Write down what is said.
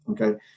Okay